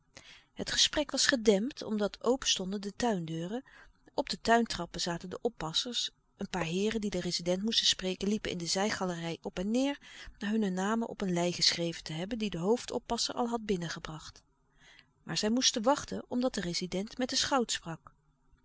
het gesprek was gedempt omdat openstonden de tuindeuren op de tuintrappen zaten de oppassers een paar heeren die den rezident moesten spreken liepen in de zijgalerij op en neêr na hunne namen op een lei geschreven te hebben die de hoofdoppasser al had binnengebracht maar zij moesten wachten omdat de rezident met den schout sprak